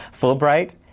Fulbright